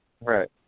Right